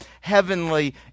heavenly